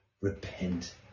repent